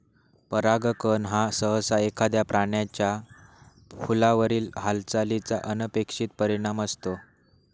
परागकण हा सहसा एखाद्या प्राण्याचा फुलावरील हालचालीचा अनपेक्षित परिणाम असतो